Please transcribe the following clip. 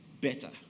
better